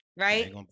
Right